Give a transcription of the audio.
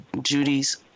Judy's